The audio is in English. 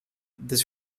this